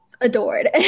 adored